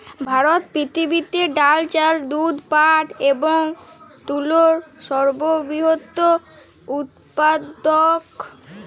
ভারত পৃথিবীতে ডাল, চাল, দুধ, পাট এবং তুলোর সর্ববৃহৎ উৎপাদক